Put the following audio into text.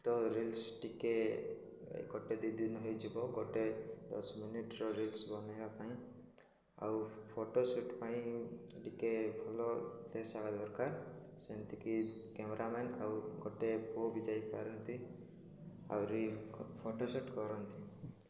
ତ ରିଲ୍ସ ଟିକେ ଗୋଟେ ଦୁଇ ଦିନ ହେଇଯିବ ଗୋଟେ ଦଶ ମିନିଟର ରିଲ୍ସ ବନାଇବା ପାଇଁ ଆଉ ଫଟୋ ସୁଟ୍ ପାଇଁ ଟିକେ ଭଲ ପ୍ଲେସ୍ ହେବା ଦରକାର ସେମିତିକି କ୍ୟାମେରା ମ୍ୟାନ୍ ଆଉ ଗୋଟେ ପୁଅ ବି ଯାଇପାରନ୍ତି ଆଉ ଫଟୋ ସୁଟ୍ କରନ୍ତି